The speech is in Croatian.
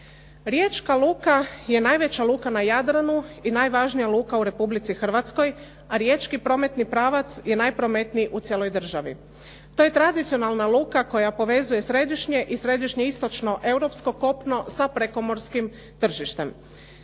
Riječka luka je najveća luka na Jadranu i najvažnija luka u Republici Hrvatskoj a riječki prometni pravac je najprometniji u cijeloj državi. To je tradicionalna luka koja povezuje središnje i središnje-istočno europsko kopno sa prekomorskim tržištem.